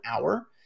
hour